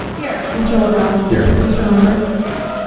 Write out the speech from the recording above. here. mr. lavalley. here. mr. lundberg. yes.